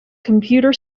computer